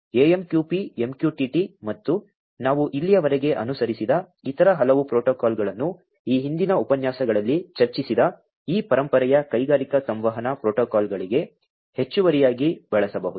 AMQP MQTT ಮತ್ತು ನಾವು ಇಲ್ಲಿಯವರೆಗೆ ಅನುಸರಿಸಿದ ಇತರ ಹಲವು ಪ್ರೋಟೋಕಾಲ್ಗಳನ್ನು ಈ ಹಿಂದಿನ ಉಪನ್ಯಾಸಗಳಲ್ಲಿ ಚರ್ಚಿಸಿದ ಈ ಪರಂಪರೆಯ ಕೈಗಾರಿಕಾ ಸಂವಹನ ಪ್ರೋಟೋಕಾಲ್ಗಳಿಗೆ ಹೆಚ್ಚುವರಿಯಾಗಿ ಬಳಸಬಹುದು